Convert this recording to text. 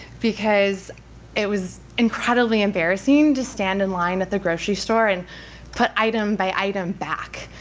because it was incredibly embarrassing to stand in line at the grocery store and put item by item back.